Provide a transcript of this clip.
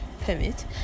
permit